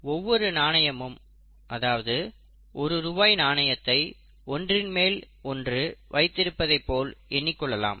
ஒவ்வொரு நாணயமும் அதாவது ஒரு ரூபாய் நாணயத்தை ஒன்றின் மேல் ஒன்று வைத்திருப்பதைப் போல் எண்ணிக் கொள்ளலாம்